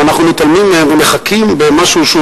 ואנחנו מתעלמים מהן ומחכים במשהו שהוא